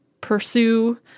pursue